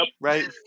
Right